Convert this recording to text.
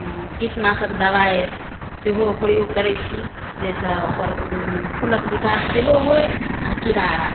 कीटनाशक दबाइ सेहो प्रयोग करैत छी जाहिसँ ओकर फूलक विकास सेहो होय आ कीड़ा